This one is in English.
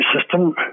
system